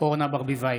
אורנה ברביבאי,